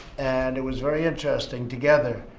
and it was very interesting, together.